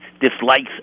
dislikes